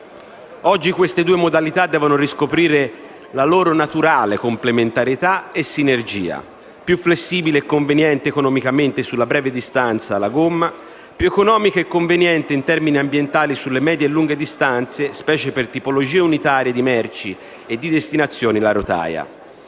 Oggi queste due modalità devono riscoprire la loro naturale complementarietà e sinergia: più flessibile e conveniente economicamente sulla breve distanza la gomma, più economica e conveniente in termini ambientali sulle medie e lunghe distanze, specie per tipologie unitarie di merci e di destinazioni, la rotaia.